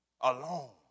alone